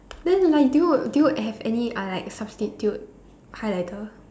then like do you do you have any uh like substitute highlighter